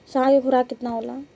साढ़ के खुराक केतना होला?